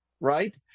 right